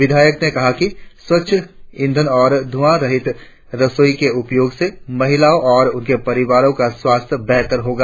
विधायक ने कहा कि स्वच्छ ईंधन और धुएं रहित रसोई के उपयोग से महिलाओं और उनके परिवारों का स्वास्थ्य बेहतर होगा